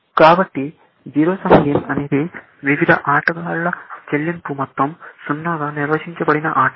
కాబట్టి zero sum game అనేది వివిధ ఆటగాళ్ల చెల్లింపుల మొత్తం గా నిర్వచించబడిన ఆట